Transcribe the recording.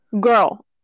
Girl